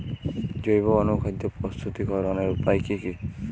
জৈব অনুখাদ্য প্রস্তুতিকরনের উপায় কী কী?